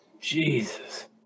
Jesus